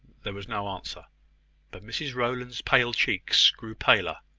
there was no answer but mrs rowland's pale cheeks grew paler.